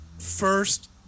First